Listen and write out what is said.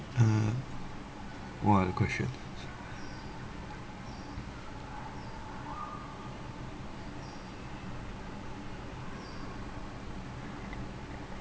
uh what are the questions